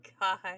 god